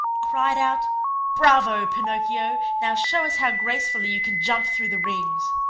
cried out bravo, pinocchio! now show us how gracefully you can jump through the rings.